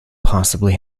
possibly